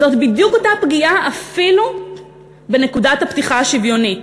זאת בדיוק אותה פגיעה אפילו בנקודת הפתיחה השוויונית.